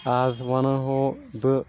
آز ونہٕ ہو بہٕ